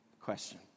question